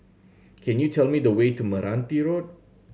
can you tell me the way to Meranti Road